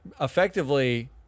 effectively